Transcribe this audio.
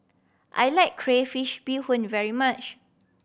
I like crayfish beehoon very much